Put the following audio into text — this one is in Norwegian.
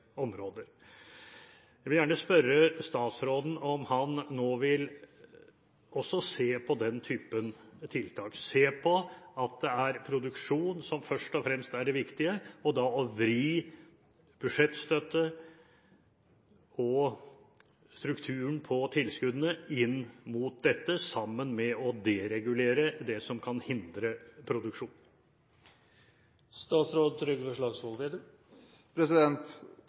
områder. Jeg vil gjerne spørre statsråden om han nå også vil se på den typen tiltak, se på at det er produksjon som først og fremst er det viktige, og da vri budsjettstøtte og strukturen på tilskuddene inn mot dette, sammen med å deregulere det som kan hindre produksjon.